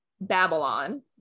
Babylon